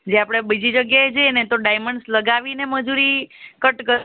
જે આપણે બીજી જગ્યાએ જઈએ ને તો ડાયમંડ્સ લગાવીને મજૂરી કટ કરે